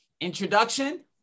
introduction